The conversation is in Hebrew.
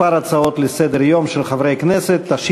כמה הצעות לסדר-יום של חברי כנסת, מס'